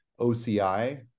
OCI